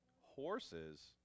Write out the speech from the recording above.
Horses